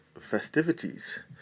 festivities